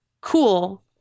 cool